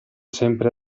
sempre